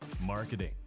marketing